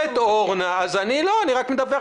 אני לא אומרת שמשקרים.